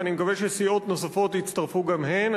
ואני מקווה שסיעות נוספות יצטרפו גם הן.